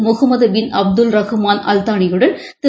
Mohammed bin Abdul ரகுமான்அல்தாளியுடன் திரு